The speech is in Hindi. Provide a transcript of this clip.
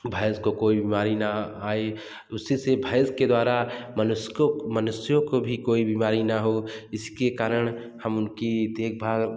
भैंस को कोई बीमारी ना आए उसी से भैंस के द्वारा मनुष्य को मनुष्यों को भी कोई बीमारी ना हो इसके कारण हम कि देखभाल